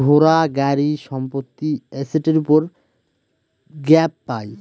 ঘোড়া, গাড়ি, সম্পত্তি এসেটের উপর গ্যাপ পাই